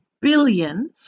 billion